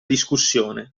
discussione